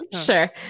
Sure